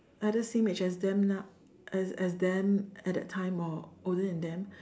either same age as them now as as them at that time or older than them